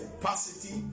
capacity